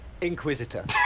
Inquisitor